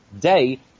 day